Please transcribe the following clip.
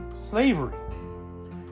slavery